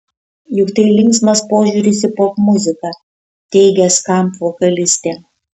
juk tai linksmas požiūris į popmuziką teigė skamp vokalistė